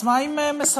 אז מה אם מסמנים,